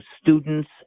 students